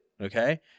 Okay